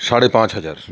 সাড়ে পাঁচ হাজার